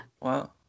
Wow